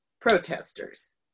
protesters